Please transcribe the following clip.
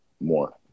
more